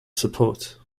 support